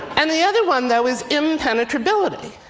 and the other one though is impenetrability.